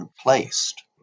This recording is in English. replaced